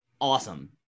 awesome